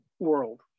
world